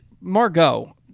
Margot